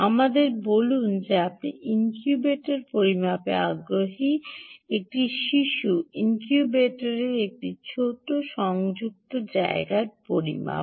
আমাদের বলুন যে আপনি ইনকিউবেটার পরিমাপে আগ্রহী একটি শিশু ইনকিউবেটারের একটি ছোট সংযুক্ত জায়গা পরিমাপ